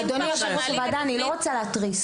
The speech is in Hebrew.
אדוני היושב-ראש, אני לא רוצה להתריס.